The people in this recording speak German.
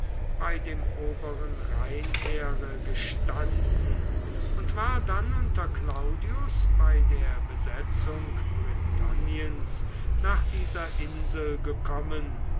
bei dem oberen rheinheere gestanden und war dann unter claudius bei der besetzung britanniens nach dieser insel gekommen